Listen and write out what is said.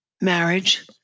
Marriage